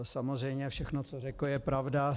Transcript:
Samozřejmě všechno, co řekl, je pravda.